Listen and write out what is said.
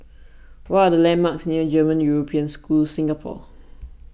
what are the landmarks near German European School Singapore